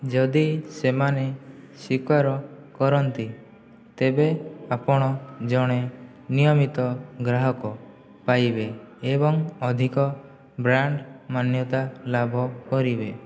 ଯଦି ସେମାନେ ସ୍ୱୀକାର କରନ୍ତି ତେବେ ଆପଣ ଜଣେ ନିୟମିତ ଗ୍ରାହକ ପାଇବେ ଏବଂ ଅଧିକ ବ୍ରାଣ୍ଡ ମାନ୍ୟତା ଲାଭ କରିବେ